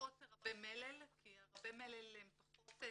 פחות רבי מלל כי רבי המלל האלה הם פחות,